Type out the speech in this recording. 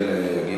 כן.